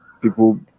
people